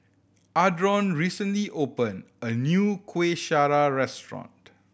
Adron recently opened a new Kueh Syara restaurant